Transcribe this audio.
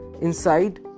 Inside